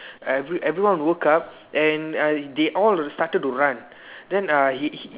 every everyone woke up and uh they all started to run then uh he he